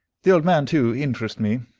the old man, too, interested me